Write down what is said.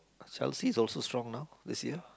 Chelsea is also strong now this year